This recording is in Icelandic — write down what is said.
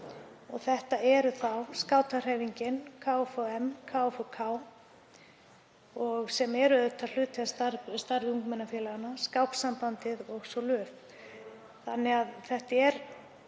Þetta eru skátahreyfingin, KFUM og KFUK, sem er auðvitað hluti af starfi ungmennafélaganna, skáksambandið og svo LUF. Þannig að þetta er